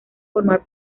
formar